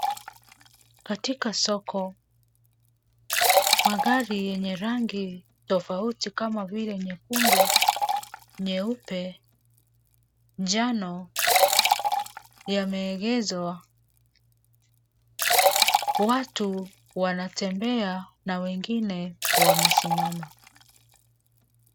Katika soko magari yenye rangi tofauti kama vile nyekundu, nyeupe ,njano yameegeshwa .Watu wanatembea na wengine wamesimama.